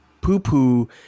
poo-poo